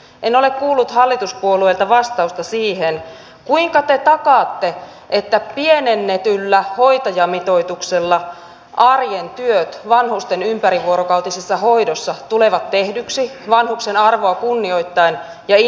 en ole kuullut hallituspuolueilta vastausta siihen kuinka te takaatte että pienennetyllä hoitajamitoituksella arjen työt vanhusten ympärivuorokautisessa hoidossa tulevat tehdyksi vanhuksen arvoa kunnioittaen ja inhimillisesti